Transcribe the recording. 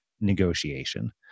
negotiation